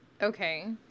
Okay